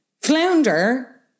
Flounder